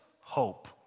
hope